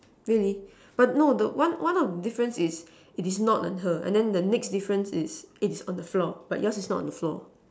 really but no the one one of the difference is it is not on her and then the next difference is it's on the floor but yours is not on the floor